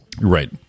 Right